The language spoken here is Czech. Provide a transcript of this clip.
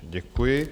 Děkuji.